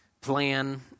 plan